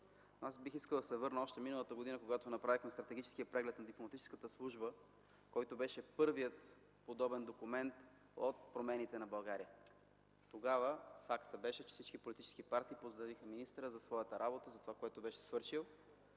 Аз бих искал да се върна още миналата година, когато направихме стратегическия преглед на дипломатическата служба, който беше първият подобен документ от промените на България. Тогава фактът беше, че всички политически партии поздравиха министъра за неговата работа, за това, което беше свършил,